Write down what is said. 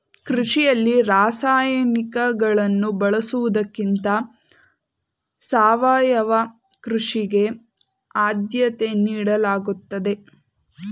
ಕೃಷಿಯಲ್ಲಿ ರಾಸಾಯನಿಕಗಳನ್ನು ಬಳಸುವುದಕ್ಕಿಂತ ಸಾವಯವ ಕೃಷಿಗೆ ಆದ್ಯತೆ ನೀಡಲಾಗುತ್ತದೆ